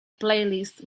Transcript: playlist